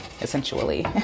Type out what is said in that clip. essentially